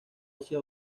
hacia